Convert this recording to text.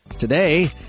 Today